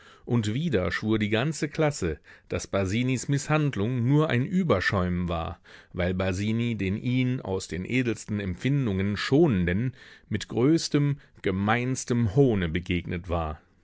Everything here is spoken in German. und wieder schwur die ganze klasse daß basinis mißhandlung nur ein überschäumen war weil basini den ihn aus den edelsten empfindungen schonenden mit größtem gemeinstem hohne begegnet war